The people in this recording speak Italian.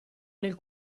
nel